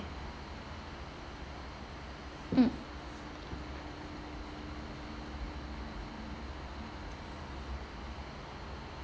mm